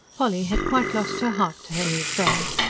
polly had quite lost her heart to her new friend.